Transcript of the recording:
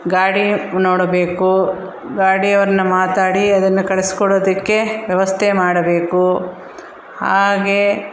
ಗಾಡಿ ನೋಡಬೇಕು ಗಾಡಿ ಅವ್ರನ್ನ ಮಾತಾಡಿ ಅದನ್ನು ಕಳಿಸ್ಕೊಡೋದಕ್ಕೆ ವ್ಯವಸ್ಥೆ ಮಾಡಬೇಕು ಹಾಗೆ